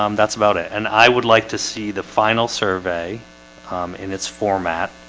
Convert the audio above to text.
um that's about it and i would like to see the final survey in its format